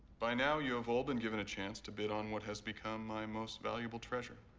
by now you have all been given a chance to bid on what has become my most valuable treasure.